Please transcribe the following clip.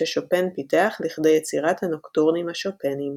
ששופן פיתח לכדי יצירת הנוקטורנים השופניים.